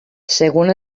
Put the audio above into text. según